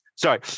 Sorry